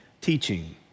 teaching